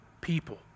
people